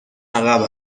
عقب